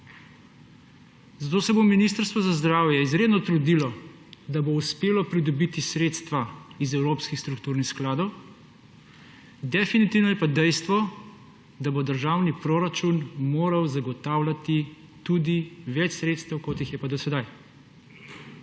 Zato se bo Ministrstvo za zdravje izredno trudilo, da bo uspelo pridobiti sredstva iz evropskih strukturnih skladov, definitivno je pa dejstvo, da bo državni proračun moral zagotavljati tudi več sredstev, kot jih je pa do sedaj.